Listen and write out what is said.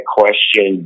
question